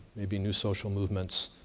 maybe new social movements,